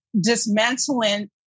dismantling